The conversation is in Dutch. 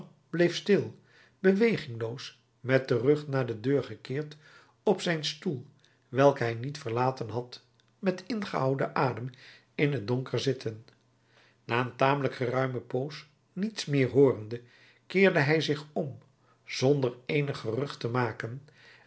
bleef stil bewegingloos met den rug naar de deur gekeerd op zijn stoel welken hij niet verlaten had met ingehouden adem in t donker zitten na een tamelijk geruime poos niets meer hoorende keerde hij zich om zonder eenig gerucht te maken